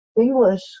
English